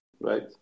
right